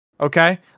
Okay